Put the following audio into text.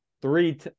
three